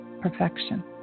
perfection